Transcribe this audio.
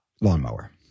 lawnmower